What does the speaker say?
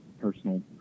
personal